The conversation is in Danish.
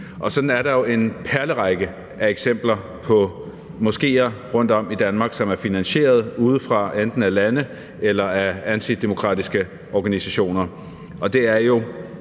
Sådan er der jo en perlerække af eksempler på moskéer rundtom i Danmark, som er finansieret udefra, enten af lande eller af antidemokratiske organisationer, og det er